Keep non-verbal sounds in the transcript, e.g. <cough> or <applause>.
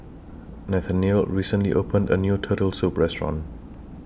<noise> Nathaniel recently opened A New Turtle Soup Restaurant